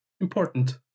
important